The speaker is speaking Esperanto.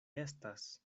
estas